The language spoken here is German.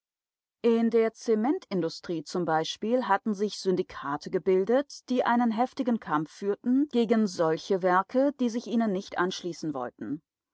in der zementindustrie zum beispiel hatten sich syndikate gebildet die einen heftigen kampf führten gegen solche werke die sich ihnen nicht anschließen wollten